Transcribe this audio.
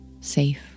safe